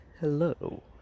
hello